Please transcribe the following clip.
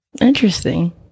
Interesting